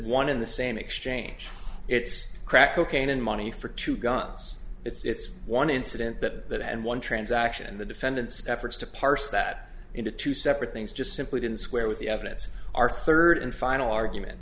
one in the same exchange it's crack cocaine and money for two guns it's one incident that and one transaction and the defendant's efforts to parse that into two separate things just simply didn't square with the evidence our third and final argument